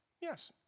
yes